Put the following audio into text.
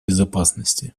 безопасности